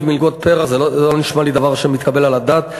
מלגות פר"ח זה לא נשמע לי דבר שמתקבל על הדעת.